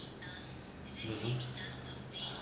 mmhmm